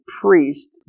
priest